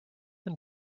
than